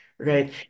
right